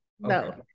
no